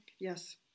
Yes